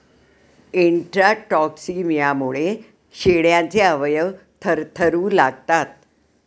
इंट्राटॉक्सिमियामुळे शेळ्यांचे अवयव थरथरू लागतात